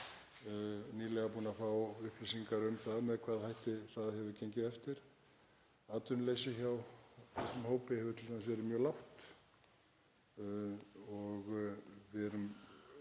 nýlega búin að fá upplýsingar um það með hvaða hætti það hefur gengið eftir. Atvinnuleysi hjá þessum hópi hefur t.d. verið mjög lágt og við höfum